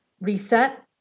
reset